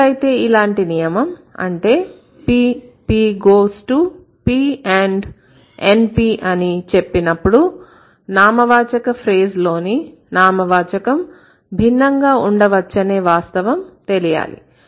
ఎప్పుడైతే ఇలాంటి నియమం అంటే PP goes to P and NP అని చెప్పినప్పుడు నామవాచక ఫ్రేజ్ లోని నామవాచకం భిన్నంగా ఉండవచ్చనే వాస్తవం తెలియాలి